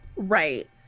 Right